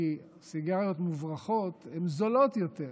כי סיגריות מוברחות הן זולות יותר